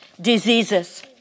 diseases